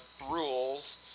rules